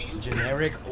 generic